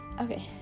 Okay